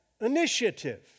Initiative